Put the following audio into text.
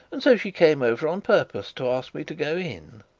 and so she came over on purpose to ask me to go in